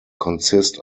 consist